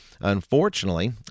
Unfortunately